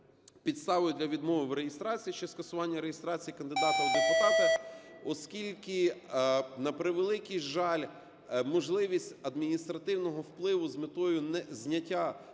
підставою для відмови в реєстрації, щодо скасування реєстрації кандидата в депутати, оскільки, на превеликий жаль, можливість адміністративного впливу з метою зняття